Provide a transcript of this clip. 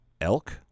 elk